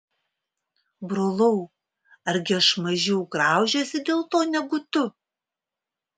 brolau argi aš mažiau graužiuosi dėl to negu tu